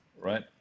Right